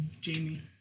Jamie